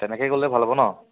তেনেকৈ গ'লেই ভাল হ'ব নহ্